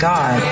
God